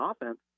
offense